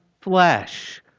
flesh